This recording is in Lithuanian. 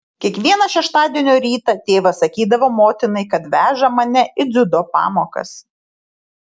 kiekvieną šeštadienio rytą tėvas sakydavo motinai kad veža mane į dziudo pamokas